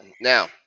Now